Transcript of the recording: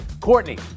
Courtney